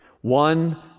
One